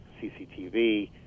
CCTV